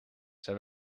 zij